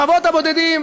חוות הבודדים,